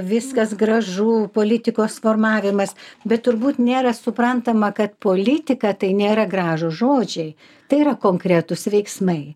viskas gražu politikos formavimas bet turbūt nėra suprantama kad politika tai nėra gražūs žodžiai tai yra konkretūs veiksmai